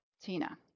Tina